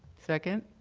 second?